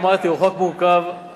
אמרתי, הוא חוק מורכב.